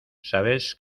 sabes